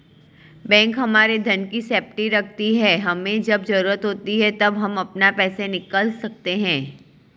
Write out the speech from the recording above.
bank हमारे धन की सेफ्टी रखती है हमे जब जरूरत होती है तब हम अपना पैसे निकल सकते है